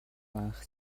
анх